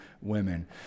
women